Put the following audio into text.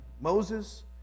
Moses